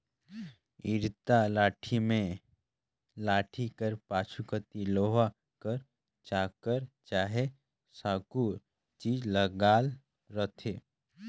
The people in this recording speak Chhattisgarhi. इरता लाठी मे लाठी कर पाछू कती लोहा कर चाकर चहे साकुर चीज लगल रहथे